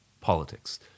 politics